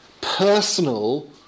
personal